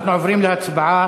אנחנו עוברים להצבעה,